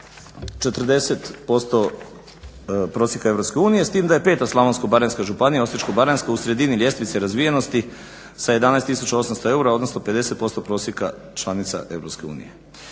40% prosjeka EU s tim da je 5.slavonsko-baranjska županija Osječko-baranjska u sredini ljestvice razvijenosti sa 11800 eura odnosno 50% prosjeka članica EU.